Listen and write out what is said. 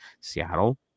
Seattle